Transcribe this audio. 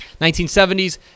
1970s